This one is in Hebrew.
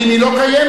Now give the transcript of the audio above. ואם היא לא קיימת,